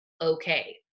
okay